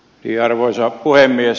arvoisa puhemies